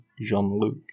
Jean-Luc